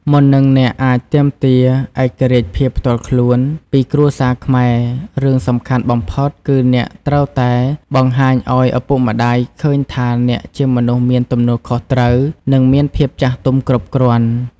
មុននឹងអ្នកអាចទាមទារ ឯករាជ្យភាពផ្ទាល់ខ្លួន ពីគ្រួសារខ្មែរ រឿងសំខាន់បំផុតគឺអ្នកត្រូវតែ បង្ហាញឲ្យឪពុកម្ដាយឃើញថាអ្នកជាមនុស្សមានទំនួលខុសត្រូវ និងមានភាពចាស់ទុំគ្រប់គ្រាន់។